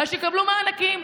אז שיקבלו מענקים.